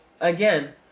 Again